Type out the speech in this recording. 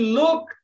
look